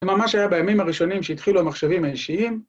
‫זה ממש היה בימים הראשונים ‫שהתחילו המחשבים האישיים.